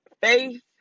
Faith